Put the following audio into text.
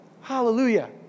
Hallelujah